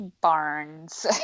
barns